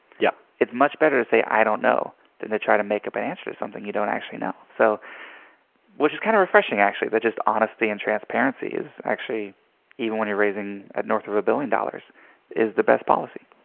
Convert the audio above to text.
yeah it's much better to say i don't know than to try to make up an answer to something you don't actually know. so which is kind of refreshing, actually, the just honesty and transparency is actually even when you're raising north of a billion dollars is the best policy.